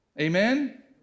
Amen